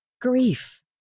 Grief